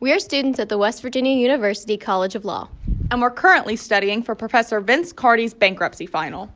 we are students at the west virginia university college of law and we're currently studying for professor vince cardi's bankruptcy final